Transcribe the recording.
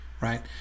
right